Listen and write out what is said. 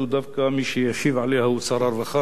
דווקא מי שישיב עליה הוא שר הרווחה.